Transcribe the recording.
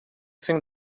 think